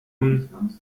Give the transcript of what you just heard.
nun